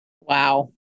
Wow